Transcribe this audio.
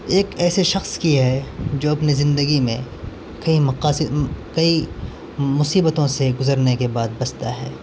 ایک ایسے شخص کی ہے جو اپنے زندگی میں کئی مقاصد کئی مصیبتوں سے گزرنے کے بعد بچتا ہے